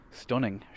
stunning